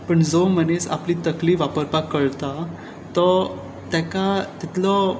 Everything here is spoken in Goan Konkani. पूण जो मनीस आपली तकली वापरपाक कळटा तो तेका तितलो